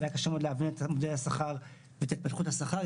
והיה קשה מאוד להבין את מודל השכר ואת התפתחות השכר.